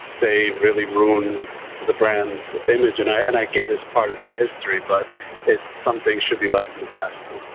they really ruined the brand's image. and i. and i get it's part of their history, but it's. some things should be left in the past,